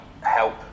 help